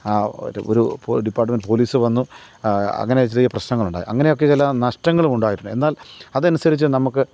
ആ ഒരു ഒരു ഡിപ്പാര്ട്ട്മെന്റ് പോലീസ് വന്നു അങ്ങനെ ചെറിയ പ്രശ്നങ്ങളുണ്ടായി അങ്ങനെയൊക്കെ ചില നഷ്ടങ്ങളും ഉണ്ടായിട്ടുണ്ട് എന്നാല് അതനുസരിച്ച് നമുക്ക്